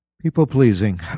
People-pleasing